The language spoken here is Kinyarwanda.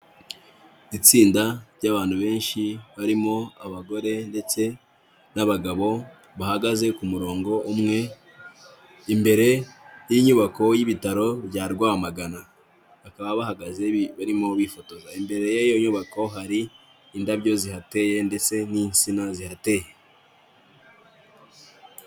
Itsinda ry'abantu benshi barimo abagore ndetse n'abagabo, bahagaze ku murongo umwe, imbere y'inyubako y'ibitaro bya Rwamagana, bakaba bahagaze barimo bifotoza imbere y'iyo nyubako hari indabyo zihateye ndetse n'insina zihateye.